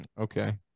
Okay